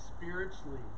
spiritually